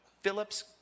Phillips